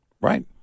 Right